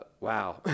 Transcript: wow